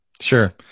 Sure